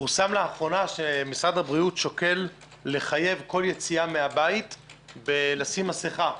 פורסם לאחרונה שמשרד הבריאות שוקל לחייב כל יציאה מהבית בלשים מסיכה.